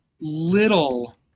little